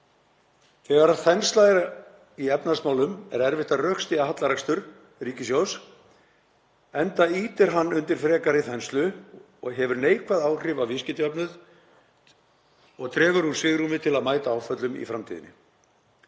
Þegar þensla er í efnahagsmálum er erfitt að rökstyðja hallarekstur ríkissjóðs, enda ýtir hann undir frekari þenslu, hefur neikvæð áhrif á viðskiptajöfnuð og dregur úr svigrúmi til að mæta áföllum í framtíðinni.